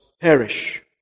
perish